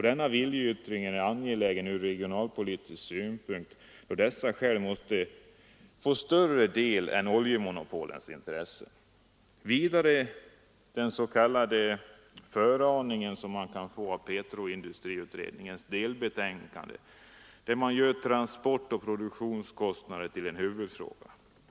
Denna viljeyttring är angelägen från regionalpolitisk synpunkt, då regionalpolitiska skäl måste tillmätas större vikt än oljemonopolens intressen, och med tanke på de föraningar man kan få av petroindustriutredningens delbetänkande, där man gör transportoch produktionskostnader till en huvudfråga.